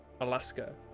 Alaska